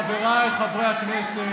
חבריי חברי הכנסת,